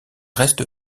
reste